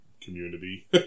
community